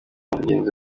mugenzi